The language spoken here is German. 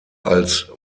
als